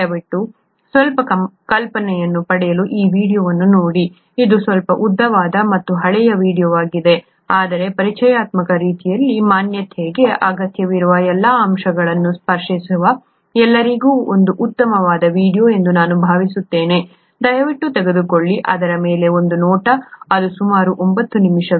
ದಯವಿಟ್ಟು ಸ್ವಲ್ಪ ಕಲ್ಪನೆಯನ್ನು ಪಡೆಯಲು ಈ ವೀಡಿಯೊವನ್ನು ನೋಡಿ ಇದು ಸ್ವಲ್ಪ ಉದ್ದವಾದ ಮತ್ತು ಹಳೆಯ ವೀಡಿಯೊವಾಗಿದೆ ಆದರೆ ಪರಿಚಯಾತ್ಮಕ ರೀತಿಯ ಮಾನ್ಯತೆಗೆ ಅಗತ್ಯವಿರುವ ಎಲ್ಲಾ ಅಂಶಗಳನ್ನು ಸ್ಪರ್ಶಿಸುವ ಎಲ್ಲರಿಗೂ ಇದು ಉತ್ತಮವಾದ ವೀಡಿಯೊ ಎಂದು ನಾನು ಭಾವಿಸುತ್ತೇನೆ ದಯವಿಟ್ಟು ತೆಗೆದುಕೊಳ್ಳಿ ಅದರ ಮೇಲೆ ಒಂದು ನೋಟ ಇದು ಸುಮಾರು 9 ನಿಮಿಷಗಳು